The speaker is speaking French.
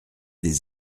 des